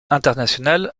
international